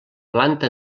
planta